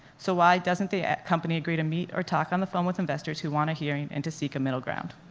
so why doesn't the ah company agree to meet or talk on the phone with investors who want a hearing and to seek a middle ground?